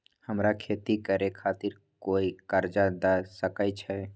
हमरा खेती करे खातिर कोय कर्जा द सकय छै?